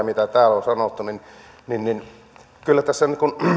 mitä täällä on sanottu niin niin kyllä tässä